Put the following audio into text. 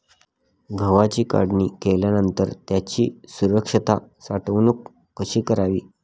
गव्हाची काढणी केल्यानंतर त्याची सुरक्षित साठवणूक कशी करावी?